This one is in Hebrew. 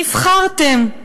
נבחרתם.